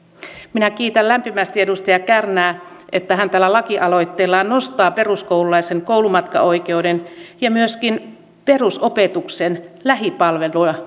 minä kiitän lämpimästi edustaja kärnää että hän tällä lakialoitteellaan nostaa peruskoululaisen koulumatkaoikeuden ja myöskin perusopetuksen lähipalveluna